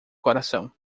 coração